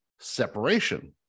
separation